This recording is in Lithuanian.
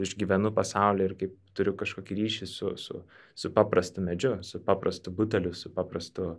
išgyvenu pasaulį ir kaip turiu kažkokį ryšį su su su paprastu medžiu su paprastu buteliu su paprastu